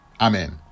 Amen